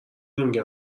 نمی